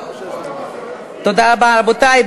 רבותי,